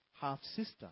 half-sister